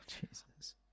Jesus